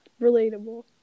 Relatable